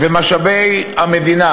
ומשאבי המדינה